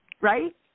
right